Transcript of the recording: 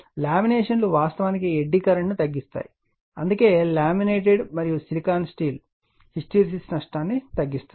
లామినేషన్లు వాస్తవానికి ఎడ్డీ కరెంట్ను తగ్గిస్తాయి అందుకే లామినేటెడ్ మరియు సిలికాన్ స్టీల్ హిస్టెరిసిస్ నష్టాన్ని కనిష్టంగా ఉంచుతుంది